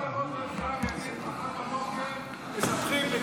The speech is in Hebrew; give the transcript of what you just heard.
שיבוא ויעמוד כאן ראש הממשלה ויגיד: מחר בבוקר מספחים את יהודה ושומרון,